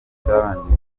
cyarangiye